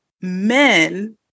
men